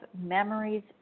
Memories